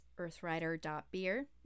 earthrider.beer